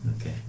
Okay